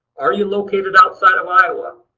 are you located outside of iowa?